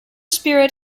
spirit